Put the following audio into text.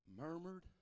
Murmured